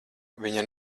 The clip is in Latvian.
viņa